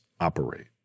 operate